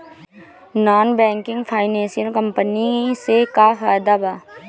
Non banking financial company से का फायदा बा?